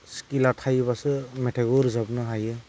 Scala थायोबासो मेथायखौ रोजाबनो हायो